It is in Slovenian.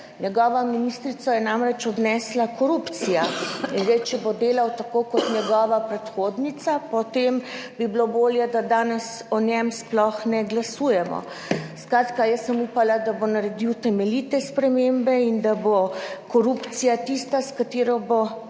njegovo ministrico je namreč odnesla korupcija. In zdaj, če bo delal tako kot njegova predhodnica, potem bi bilo bolje, da danes o njem sploh ne glasujemo. Skratka jaz sem upala, da bo naredil temeljite spremembe in da bo korupcija tista, s katero bo